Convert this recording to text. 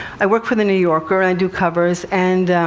i work for the new yorker, and i do covers, and